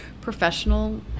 professional